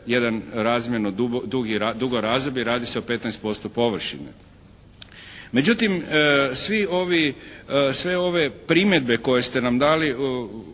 jedan razmjerno dugo razdoblje, radi se o 15% površine. Međutim, svi ovi, sve ove primjedbe koje ste nam dali